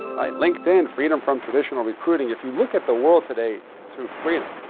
right. linkedin, freedom from traditional recruiting. if you look at the world today through freedom,